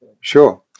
Sure